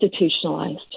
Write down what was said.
institutionalized